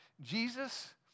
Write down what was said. Jesus